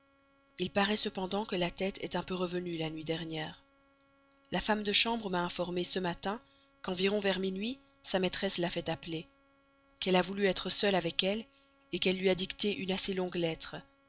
il paraît cependant que la tête est un peu revenue la nuit dernière la femme de chambre m'a informée ce matin qu'environ vers minuit sa maîtresse l'a fait appeler a voulu être seule avec elle lui a dicté une assez longue lettre